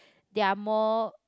they are more